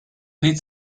need